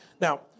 Now